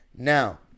Now